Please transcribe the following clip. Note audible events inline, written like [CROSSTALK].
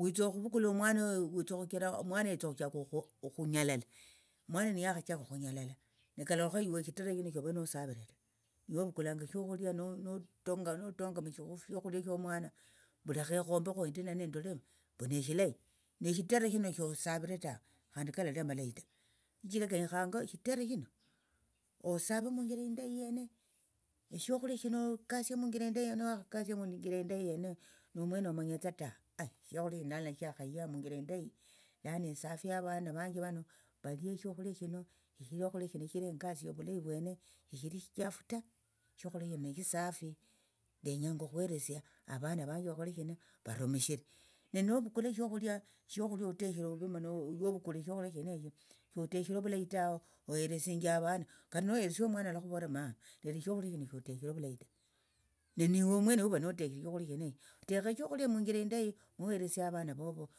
wetsa okhuvukula omwana uyu witsa okhuchira omwana yetse okhuchaka okhunyalala omwana niyakhachaka okhunyalala likalolekha iwe eshitere shino shovere nosavire ta yiwe ovukulanga shokhulia no notonga notonga mushokhulia shomwana mbu lakha ekhombekho endi nana endole mbu neshilayi neshitere shino shosavire ta khandi kalali amalayi ta shichira kenyekhanga eshitere shino osave munjira endayi yene shokhulia shino okasie munjira yene nuwakhakasis munjira indayi yene nomwene omanyatsa tawe [HESITATION] shokhulia shino lano shakhaya munjira indayi lano esafie avana vanje vano valie shokhulia shino shokhulia shino shichira ingasie ovulayi vwene shishili shichafu ta shokhulia shino neshisafi ndenyanga okhuheresia avana wanje vakhole shina varumishire ne novukula shokhulia shokhulia oteshere ovuvi mana iwe ovukule shokhulia shenesho shoteshere ovulayi tawe oheresinjia avana kata noheresia omwana alakhuvolera mama lero shokhulia shino shoteshere ovulayi ne niwe omwene huva noteshere shokhulia shenesho tekha shokhulia munjira indayi moheresie avana vovo.